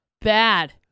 bad